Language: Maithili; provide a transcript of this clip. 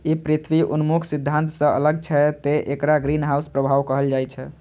ई पृथ्वी उन्मुख सिद्धांत सं अलग छै, तें एकरा ग्रीनहाउस प्रभाव कहल जाइ छै